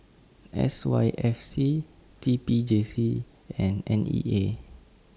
S Y F C T P J C and N E A